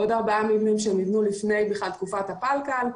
עוד 4 מבנים שנבנו בכלל לפני תקופת הפלקל.